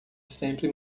sempre